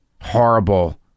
horrible